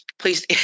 please